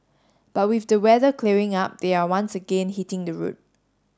but with the weather clearing up they are once again hitting the road